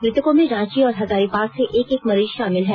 मृतकों में रांची और हजारीबाग से एक एक मरीज शामिल हैं